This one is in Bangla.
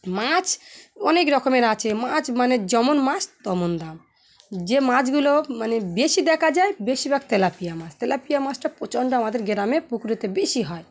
মাছ অনেক রকমের আছে মাছ মানে যেমন মাছ তেমন দাম যে মাছগুলো মানে বেশি দেখা যায় বেশিরভাগ তেলাপিয়া মাছ তেলাপিয়া মাছটা প্রচণ্ড আমাদের গ্রামে পুকুরেতে বেশি হয়